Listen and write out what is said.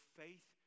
faith